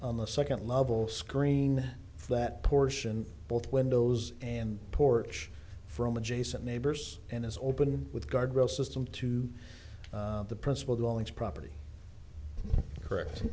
on the second level screen that portion both windows and porch from adjacent neighbors and is open with guard rail system to the principal to launch property correct